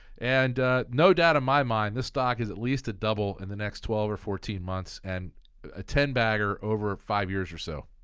and no doubt in my mind this stock is at least to double in the next twelve or fourteen months and a ten-bagger over five years or so.